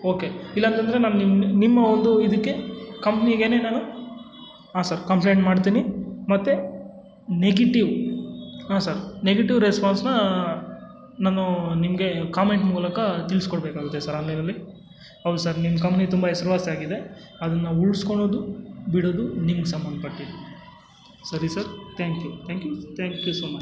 okay ಇಲ್ಲಾಂತಂದರೆ ನಾನು ನಿಮ್ಮ ನಿಮ್ಮ ಒಂದು ಇದಕ್ಕೆ ಕಂಪ್ನಿಗೇ ನಾನು ಹಾಂ ಸರ್ ಕಂಪ್ಲೇಂಟ್ ಮಾಡ್ತಿನಿ ಮತ್ತು ನೆಗಿಟಿವ್ ಹಾಂ ಸರ್ ನೆಗೆಟಿವ್ ರೆಸ್ಪಾನ್ಸ್ನ ನಾನು ನಿಮಗೆ ಕಾಮೆಂಟ್ ಮೂಲಕ ತಿಳಿಸ್ಕೊಡಬೇಕಾಗುತ್ತೆ ಸರ್ ಆನ್ಲೈನಲ್ಲಿ ಹೌದು ಸರ್ ನಿಮ್ಮ ಕಂಪ್ನಿ ತುಂಬ ಹೆಸ್ರುವಾಸಿಯಾಗಿದೆ ಅದನ್ನ ಉಳ್ಸ್ಕೊಳೋದು ಬಿಡೋದು ನಿಮ್ಗೆ ಸಂಬಂಧಪಟ್ಟಿದ್ದು ಸರಿ sir thank you thank you thank you so much